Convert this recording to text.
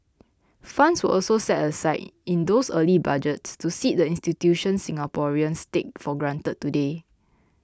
funds were also set aside in those early budgets to seed the institutions Singaporeans take for granted today